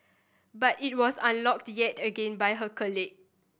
but it was unlocked yet again by her colleague